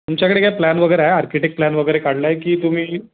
तुमच्याकडे काय प्लॅन वगैरे आहे आर्किटेक्ट प्लॅन वगैरे काढला आहे की तुम्ही